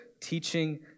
teaching